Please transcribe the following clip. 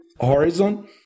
horizon